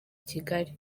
kigali